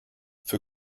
für